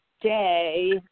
day